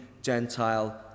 Gentile